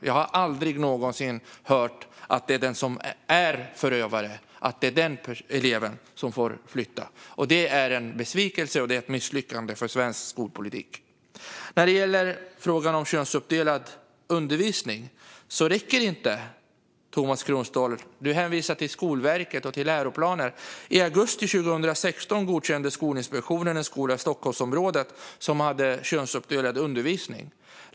Jag har aldrig någonsin hört att det är förövaren som får flytta. Det är en besvikelse och ett misslyckande för svensk skolpolitik. I frågan om könsuppdelad undervisning hänvisar Tomas Kronståhl till Skolverket och till läroplaner. I augusti 2016 godkände Skolinspektionen en skola i Stockholmsområdet som hade könsuppdelad undervisning.